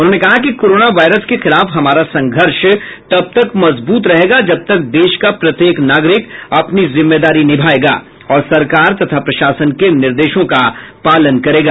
उन्होंने कहा कि कोरोना वायरस के खिलाफ हमारा संघर्ष तब तक मजबूत रहेगा जब तक देश का प्रत्येक नागरिक अपनी जिम्मेदारी निभायेगा और सरकार तथा प्रशासन के निर्देशों का पालन करेगा